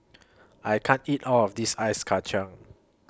I can't eat All of This Ice Kachang